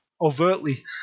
overtly